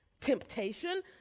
temptation